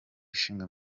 ishinga